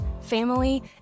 family